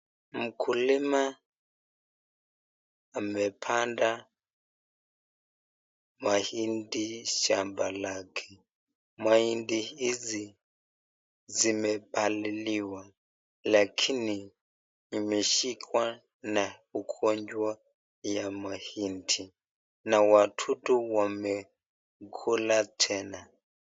Mkulima amepanda mahindi shamba lake mahindi hizi zimepaliliwa lakini zimeshikwa na ugonjwa wa mahindi na wadudu wamekula tena.